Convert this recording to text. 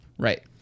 Right